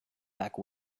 back